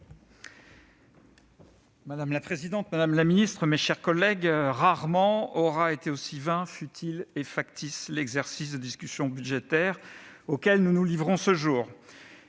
Madame la présidente, madame la ministre, mes chers collègues, rarement aura été aussi vain, futile et factice l'exercice de discussion budgétaire auquel nous nous livrons ce jour.